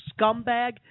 scumbag